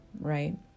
right